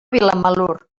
vilamalur